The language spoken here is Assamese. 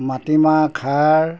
মাটিমাহ খাৰ